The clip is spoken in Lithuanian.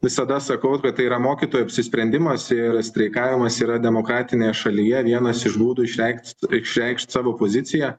visada sakau kad tai yra mokytojų apsisprendimas ir streikavimas yra demokratinėje šalyje vienas iš būdų išreikšti išreikšt savo poziciją